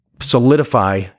solidify